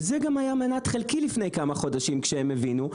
וזה גם היה מנת חלקי לפני כמה חודשים כשהם הבינו,